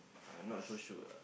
I'm not so sure